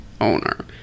owner